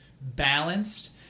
balanced